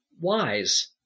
wise